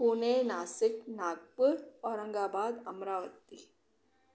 Pune Nashik Nagpur Aurangabad Amravati